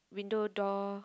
window door